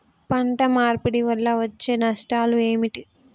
పంట మార్పిడి వల్ల వచ్చే నష్టాలు ఏమిటి?